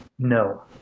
No